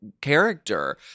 character